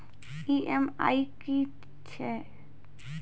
EMI की छिये?